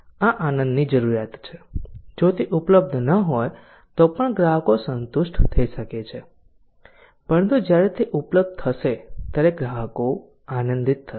આ આનંદની જરૂરિયાત છે જો તે ઉપલબ્ધ ન હોય તો પણ ગ્રાહકો સંતુષ્ટ થઈ શકે છે પરંતુ જ્યારે તે ઉપલબ્ધ થશે ત્યારે ગ્રાહકો આનંદિત થશે